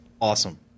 Awesome